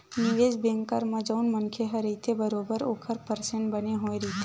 निवेस बेंकर म जउन मनखे ह रहिथे बरोबर ओखर परसेंट बने होय रहिथे